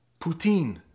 Poutine